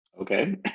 Okay